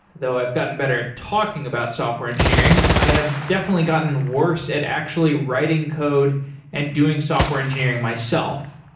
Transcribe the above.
though i've gotten better at talking about software engineering, i have definitely gotten worse at actually writing code and doing software engineering myself.